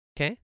Okay